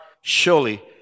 surely